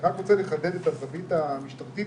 אני רוצה לחדד את הזווית המשטרתית